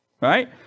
Right